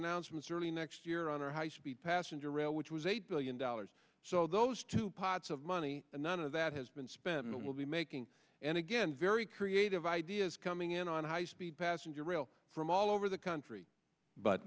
announcements early next year on our high speed passenger rail which was eight billion dollars so those two pots of money and none of that has been spent will be making and again very creative ideas coming in on high speed passenger rail from all over the country but